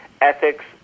ethics